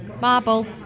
Marble